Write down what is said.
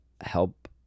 help